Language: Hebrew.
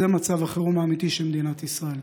זה מצב החירום האמיתי של מדינת ישראל.